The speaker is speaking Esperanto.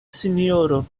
sinjoro